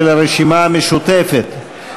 של הרשימה המשותפת,